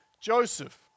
Joseph